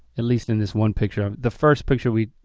at least in this one picture. the first picture we,